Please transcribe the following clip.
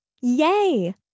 Yay